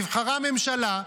נבחרה ממשלה,